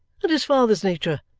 and his father's nature,